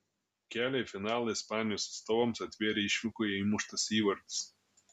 kelią į finalą ispanijos atstovams atvėrė išvykoje įmuštas įvartis